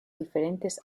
diferentes